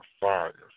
fire